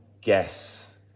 guess